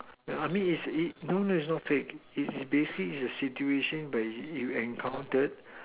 I mean it's it don't no it's not fake it's basically is a situation where you you encountered